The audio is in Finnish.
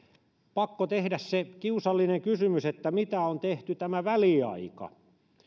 pakko tehdä se kiusallinen kysymys että mitä on tehty tämä väliaika